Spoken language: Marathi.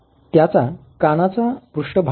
त्याचा कानाचा पृष्ठभाग पहा